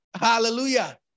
Hallelujah